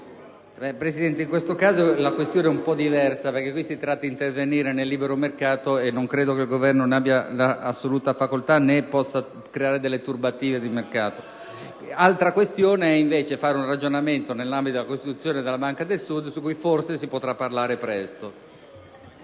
Presidente, in questo caso la questione è un po' diversa, perché si tratterebbe di intervenire nel libero mercato e non credo che il Governo ne abbia l'assoluta facoltà, né ritengo che possa creare delle turbative di mercato. Sarebbe diverso fare un ragionamento nell'ambito della costituzione della Banca del Sud, di cui forse si potrà parlare presto.